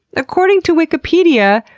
according to wikipedia,